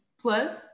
Plus